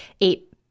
eight